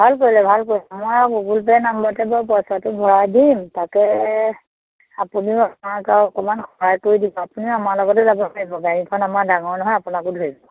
ভাল কৰিলে ভাল কৰিলে মই আৰু গুগল পে' নাম্বাৰতে বাৰু পইচাটো ভৰাই দিম তাকে আপুনিও আমাক আৰু অকণমান সহায় কৰি দিব আপুনিও আমাৰ লগতে যাব পাৰিব গাড়ীখন আমাৰ ডাঙৰ নহয় আপোনাকো ধৰিব